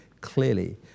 clearly